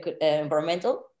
environmental